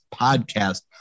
podcast